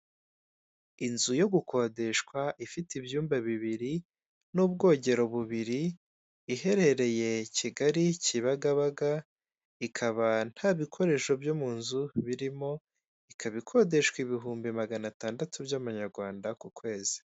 Inzu yo gukodeshwa, ifite ibyumba bibiri n'ubwogero bubiri, iherereye Kigali, Kibagabaga, ikaba nta bikoresho byo mu nzu birimo, ikaba ikodeshwa ibihumbi magana atandatu by'amanyarwanda, ku kwezi.